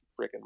freaking